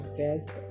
best